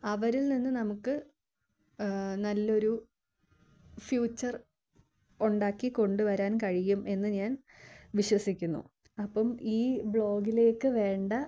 അവരിൽ നിന്ന് നമുക്ക് നല്ലൊരു ഫ്യൂച്ചർ ഉണ്ടാക്കി കൊണ്ടുവരാൻ കഴിയും എന്നു ഞാൻ വിശ്വസിക്കുന്നു അപ്പം ഈ ബ്ലോഗിലേക്കു വേണ്ട